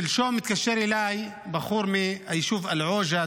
שלשום התקשר אליי בחור מהיישוב אל-עוג'ה,